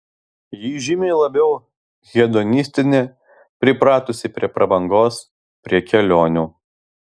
ji žymiai labiau hedonistinė pripratusi prie prabangos prie kelionių